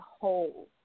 whole